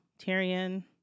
Tyrion